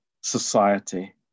society